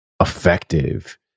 effective